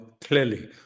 clearly